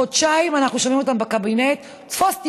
חודשיים אנחנו שומעים אותם בקבינט: תפוס אותי,